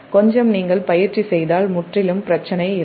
கொஞ்சம் நீங்கள் பயிற்சி செய்தால் முற்றிலும் பிரச்சனை இல்லை